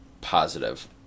positive